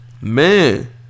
Man